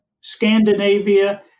Scandinavia